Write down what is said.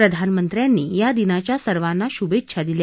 प्रधानमंत्र्यांनी या दिनाच्या सर्वांना शुभेच्छा दिल्या